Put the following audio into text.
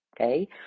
Okay